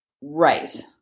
Right